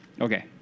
Okay